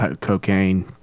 cocaine